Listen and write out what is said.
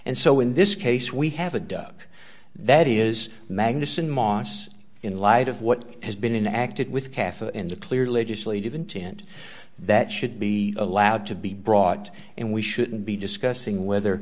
and so in this case we have a duck that is magnussen moss in light of what has been an active with calf and a clear legislative intent that should be allowed to be brought and we shouldn't be discussing whether